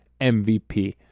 MVP